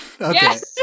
Yes